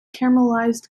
caramelized